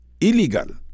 illegal